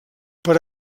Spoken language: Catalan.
per